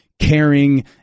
caring